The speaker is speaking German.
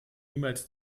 niemals